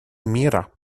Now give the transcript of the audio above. мира